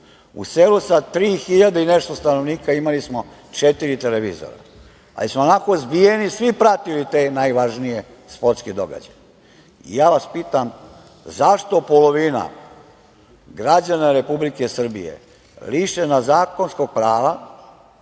hiljade i nešto stanovnika imali smo četiri televizora, ali smo onako zbijeni svi pratili te najvažnije sportske događaje. Pitam vas – zašto je polovina građana Republike Srbije lišena zakonskog prava